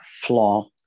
flaw